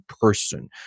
person